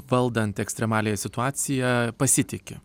valdant ekstremaliąją situaciją pasitiki